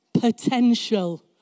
potential